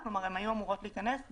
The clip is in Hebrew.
אני מייצג את